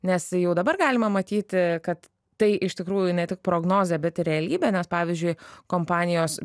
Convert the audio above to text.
nes jau dabar galima matyti kad tai iš tikrųjų ne tik prognozė bet realybė nes pavyzdžiui kompanijos